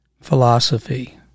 Philosophy